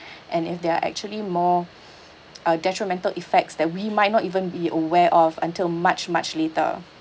and if they're actually more uh detrimental effects that we might not even be aware of until much much later